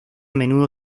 menudo